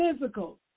physical